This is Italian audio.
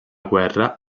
guerra